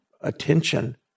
attention